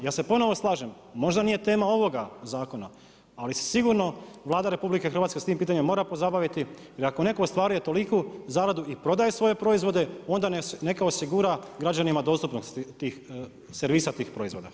Ja se ponovno slažem, možda nije tema ovoga zakona ali se sigurno Vlada RH s tim pitanjem mora pozabaviti ili ako netko ostvaruje toliku zaradu i prodaje svoje proizvode onda neka osigura građanima dostupnost tih, servisa tih proizvoda.